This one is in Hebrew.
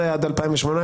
מ-2016 עד 2018,